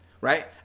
right